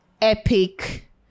epic